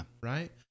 right